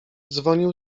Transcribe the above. dzwonił